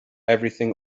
everything